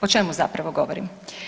O čemu zapravo govorim?